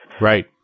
Right